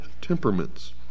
temperaments